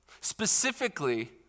Specifically